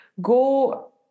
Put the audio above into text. Go